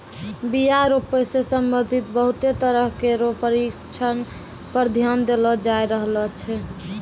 बीया रोपै सें संबंधित बहुते तरह केरो परशिक्षण पर ध्यान देलो जाय रहलो छै